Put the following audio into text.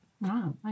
Wow